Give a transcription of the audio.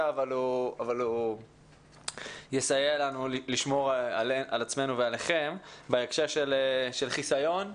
אבל הוא יסייע לנו לשמור על עצמנו ועליכם בהקשר של חסיון.